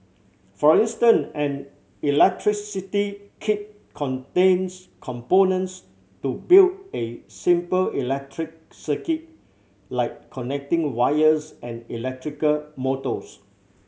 for instance an electricity kit contains components to build a simple electric circuit like connecting wires and electrical motors